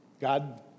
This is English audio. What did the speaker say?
God